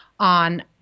on